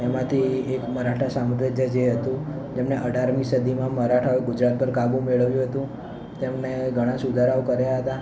એમાંથી એક મરાઠા સામ્રાજ્ય જે હતું તેમણે અઢારમી સદીમાં મરાઠાઓએ ગુજરાત પર કાબૂ મેળવ્યું હતું તેમણે ઘણા સુધારાઓ કર્યા હતા